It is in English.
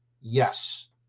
yes